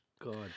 God